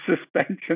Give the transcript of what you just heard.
suspension